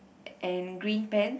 and green pants